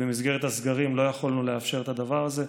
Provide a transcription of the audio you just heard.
ובמסגרת הסגרים לא יכולנו לאפשר את הדבר הזה.